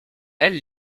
elle